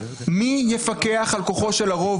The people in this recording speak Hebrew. מי יפקח על כוחו של הרוב?